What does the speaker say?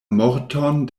morton